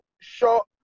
shot